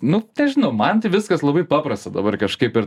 nu nežinau man tai viskas labai paprasta dabar kažkaip ir